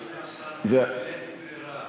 אדוני השר, אדוני השר, הם בלית ברירה